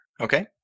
Okay